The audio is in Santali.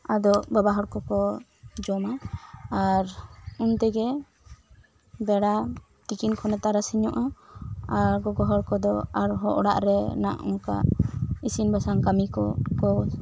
ᱟᱫᱚ ᱵᱟᱵᱟ ᱦᱚᱲ ᱠᱚᱠᱚ ᱡᱚᱢᱟ ᱟᱨ ᱩᱱ ᱛᱮᱜᱮ ᱵᱮᱲᱟ ᱛᱤᱠᱤᱱ ᱠᱷᱚᱱᱮ ᱛᱟᱨᱟᱥᱤᱧᱚᱜᱼᱟ ᱟᱨ ᱜᱚᱜᱚ ᱦᱚᱲ ᱠᱚᱫᱚ ᱟᱨᱦᱚᱸ ᱚᱲᱟᱜ ᱨᱮ ᱱᱟᱜ ᱚᱝᱠᱟ ᱤᱥᱤᱱ ᱵᱟᱥᱟᱝ ᱠᱟᱹᱢᱤ ᱠᱚ